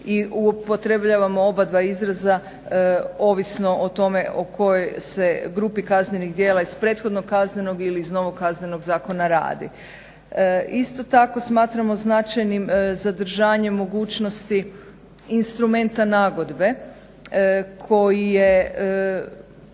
i upotrebljavamo obadva izraza ovisno o tome o kojoj se grupi kaznenih djela iz prethodnog KZ-a ili iz novog KZ-a radi. Isto tako smatramo značajnim zadržavanje mogućnosti instrumenta nagodbe koji je